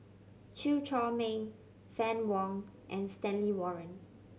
Chew Chor Meng Fann Wong and Stanley Warren